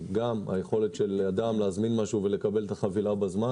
היכולת של אדם להזמין משהו ולקבל את החבילה בזמן